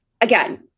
again